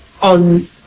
on